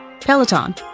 Peloton